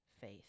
faith